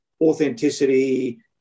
Authenticity